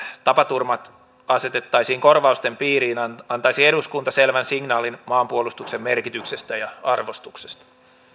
tapaturmat asetettaisiin korvausten piiriin antaisi eduskunta selvän signaalin maanpuolustuksen merkityksestä ja arvostuksesta